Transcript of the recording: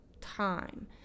time